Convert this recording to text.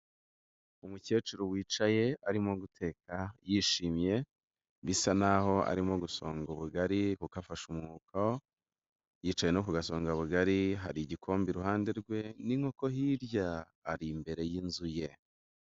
Umukecuru wicaye arimo guteka yishimye bisa naho arimo gusonga ubugari kuko afashe umwuko, yicaye no ku gasongabugari hari igikombe iruhande rwe n'inkoko hirya, ari imbere y'inzu ye.